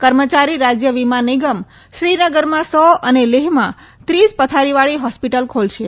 કર્મયારી રાજય વીમા નિગમ શ્રીનગરમાં સો અને લેહમાં ત્રીસ બેડવાળી હોસ્પીટલ ખોલશે